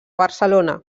barcelona